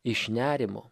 iš nerimo